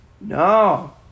No